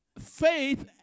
faith